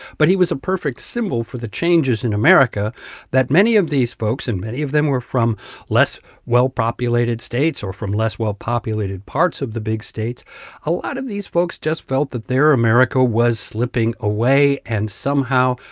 but he was a perfect symbol for the changes in america that many of these folks and many of them were from less-well-populated states or from less-well-populated parts of the big states a lot of these folks just felt that their america was slipping away. and somehow,